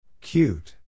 Cute